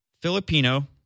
Filipino